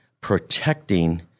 protecting